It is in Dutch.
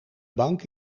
bank